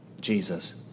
Jesus